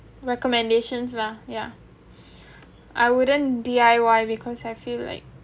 recommendations lah yeah I wouldn't D_I_Y because I feel like